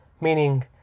meaning